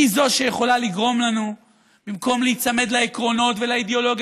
היא שיכולה לגרום לנו במקום להיצמד לעקרונות ולאידיאולוגיה